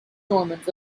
normans